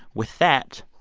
with that,